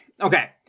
Okay